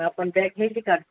आपण त्यात घ्यायची का